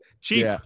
cheap